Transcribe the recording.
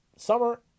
summer